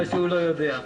מה שהוא לא יודע.